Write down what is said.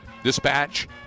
Dispatch